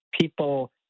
people